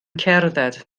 cerdded